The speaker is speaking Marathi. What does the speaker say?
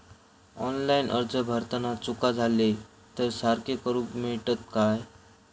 ऑनलाइन अर्ज भरताना चुका जाले तर ते सारके करुक मेळतत काय?